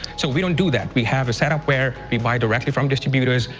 so, we don't do that. we have a setup where we buy directly from distributors.